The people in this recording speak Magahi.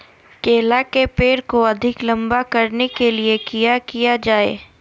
केला के पेड़ को अधिक लंबा करने के लिए किया किया जाए?